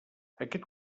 aquest